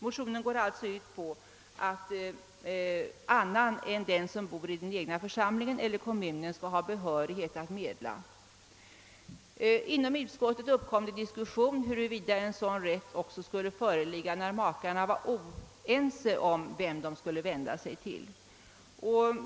Motionen går alltså ut på att annan person än den som bor i den egna församlingen eller kommunen skall ha behörighet att medla. Inom utskottet uppkom «diskussion huruvida sådan rätt att medla också skulle föreligga när makarna var oense om vem de skulle vända sig till.